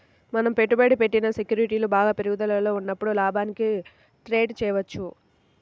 మనం పెట్టుబడి పెట్టిన సెక్యూరిటీలు బాగా పెరుగుదలలో ఉన్నప్పుడు లాభానికి ట్రేడ్ చేయవచ్చు